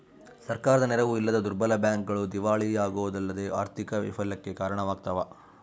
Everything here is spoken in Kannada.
ಸರ್ಕಾರದ ನೆರವು ಇಲ್ಲದ ದುರ್ಬಲ ಬ್ಯಾಂಕ್ಗಳು ದಿವಾಳಿಯಾಗೋದಲ್ಲದೆ ಆರ್ಥಿಕ ವೈಫಲ್ಯಕ್ಕೆ ಕಾರಣವಾಗ್ತವ